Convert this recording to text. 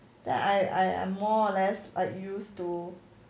ya I I more or less like use to